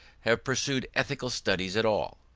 have pursued ethical studies at all?